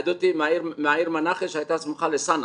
העדות היא מהעיר מנאכה שהייתה סמוכה לצנעא.